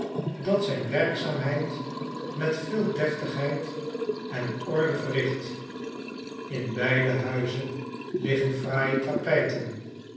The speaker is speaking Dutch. dat zijn werkzaamheid met veel deftigheid en orde verricht in beide huizen liggen fraaie tapijten